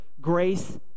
grace